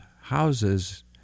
houses